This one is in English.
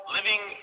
Living